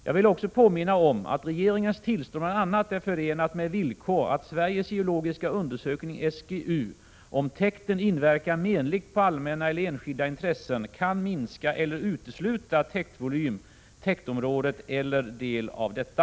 Jag vill också påminna om att regeringens tillstånd bl.a. är förenat med villkor att Sveriges geologiska undersökning , om täkten inverkar menligt på allmänna eller enskilda intressen, kan minska eller utesluta täktvolym, täktområdet eller del av detta.